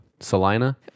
Salina